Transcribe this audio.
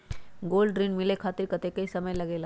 Gold ऋण मिले खातीर कतेइक समय लगेला?